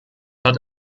hat